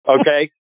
Okay